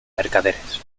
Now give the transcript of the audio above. mercaderes